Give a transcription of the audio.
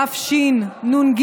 התשנ"ג